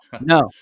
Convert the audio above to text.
no